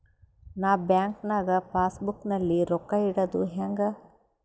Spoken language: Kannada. ನಾ ಬ್ಯಾಂಕ್ ನಾಗ ಪಾಸ್ ಬುಕ್ ನಲ್ಲಿ ರೊಕ್ಕ ಇಡುದು ಹ್ಯಾಂಗ್?